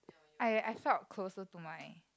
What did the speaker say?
I I felt closer to my